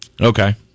Okay